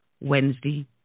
Wednesday